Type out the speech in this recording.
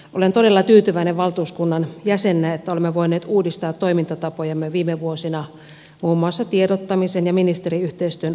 olen todella tyytyväinen valtuuskunnan jäsenenä että olemme voineet uudistaa toimintatapojamme viime vuosina muun muassa tiedottamisen ja ministeriyhteistyön osalta